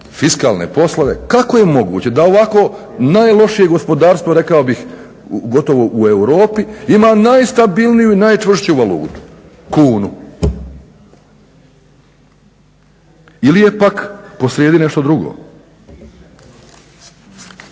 fiskalne poslove kako je moguće da ovako najlošije gospodarstvo rekao bih gotovo u Europi ima najstabilniju i najčvršću valutu – kunu? Ili je pak posrijedi nešto drugo.